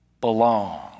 belong